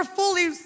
fully